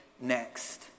next